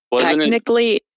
Technically